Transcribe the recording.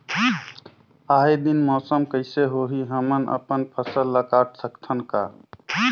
आय दिन मौसम कइसे होही, हमन अपन फसल ल काट सकत हन का?